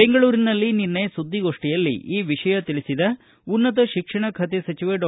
ಬೆಂಗಳೂರಿನಲ್ಲಿ ನಿನ್ನೆ ಸುದ್ದಿಗೋಷ್ಠಿಯಲ್ಲಿ ಈ ವಿಷಯ ತಿಳಿಸಿದ ಉನ್ನತ ತಿಶಿಕ್ಷಣ ಖಾತೆ ಸಚಿವ ಡಾ